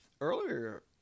Earlier